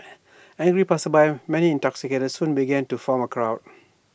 angry passersby many intoxicated soon began to form A crowd